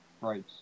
Right